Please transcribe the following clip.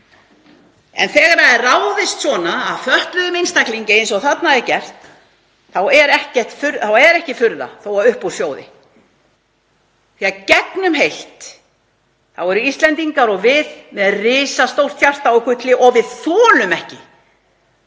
En þegar ráðist er svona að fötluðum einstaklingi eins og þarna er gert þá er ekki furða þó að upp úr sjóði því gegnumheilt eru Íslendingar og við með risastórt hjarta úr gulli og við þolum ekki